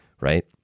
Right